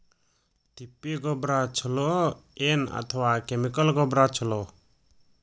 ತಿಪ್ಪಿ ಗೊಬ್ಬರ ಛಲೋ ಏನ್ ಅಥವಾ ಕೆಮಿಕಲ್ ಗೊಬ್ಬರ ಛಲೋ?